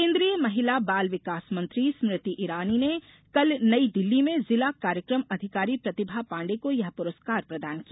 केन्द्रीय महिला बाल विकास मंत्री स्मृति ईरानी ने कल नई दिल्ली में जिला कार्यक्रम अधिकारी प्रतिमा पाण्डे को यह प्रस्कार प्रदान किया